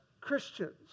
Christians